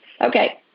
Okay